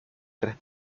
tres